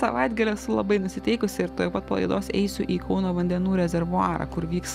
savaitgalį labai nusiteikusi ir tuoj pat po laidos eisiu į kauno vandenų rezervuarą kur vyks